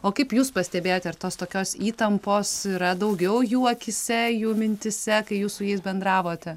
o kaip jūs pastebėjote ar tos tokios įtampos yra daugiau jų akyse jų mintyse kai jūs su jais bendravote